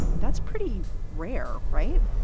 that's pretty rare, right?